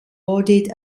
awarded